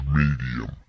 medium